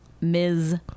Ms